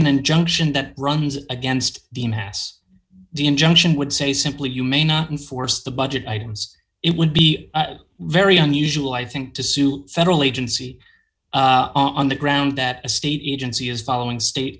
an injunction that runs against the mass the injunction would say simply you may not enforce the budget items it would be very unusual i think to sue federal agency on the ground that a state agency is following state